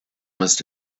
must